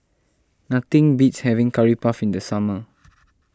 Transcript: nothing beats having Curry Puff in the summer